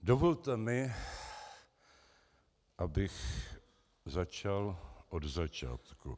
Dovolte mi, abych začal od začátku.